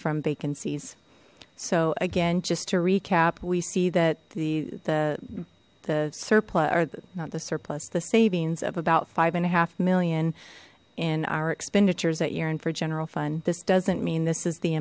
from vacancies so again just to recap we see that the the surplus are the surplus the savings of about five and a half million in our expenditures that year and for general fund this doesn't mean this is the